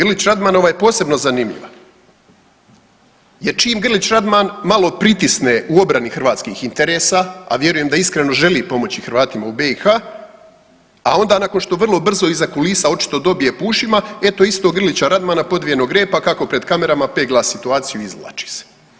Grlić Radmanova je posebno zanimljiva jer čim Grlić Radman malo pritisne u obrani hrvatskih interesa, a vjerujem da iskreno želi pomoći Hrvatima u BiH, a onda nakon što vrlo brzo iza kulisa očito dobije po ušima, eto istog Grlića Radmana podvijenog repa kako pred kamerama pegla situaciju i izvlači se.